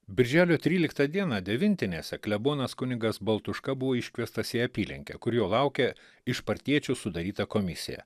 birželio tryliktą dieną devintinėse klebonas kunigas baltuška buvo iškviestas į apylinkę kur jo laukė iš partiečių sudaryta komisija